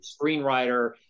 screenwriter